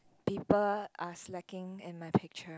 people are slacking in my picture